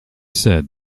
said